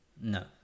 No